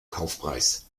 kaufpreis